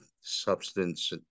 substance